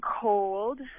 cold